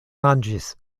manĝis